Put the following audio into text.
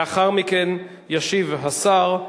לאחר מכן ישיב השר.